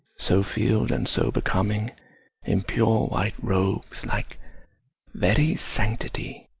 so fill'd and so becoming in pure white robes, like very sanctity,